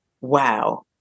wow